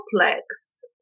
complex